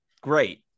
great